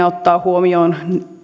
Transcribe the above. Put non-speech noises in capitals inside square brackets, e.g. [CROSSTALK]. [UNINTELLIGIBLE] ottaa huomioon